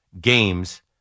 games